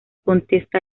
contesta